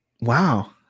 Wow